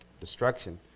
destruction